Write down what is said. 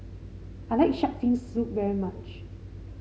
I like shark fin soup very much